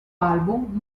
album